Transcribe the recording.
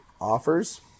offers